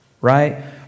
right